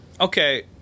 Okay